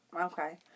Okay